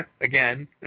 again